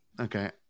Okay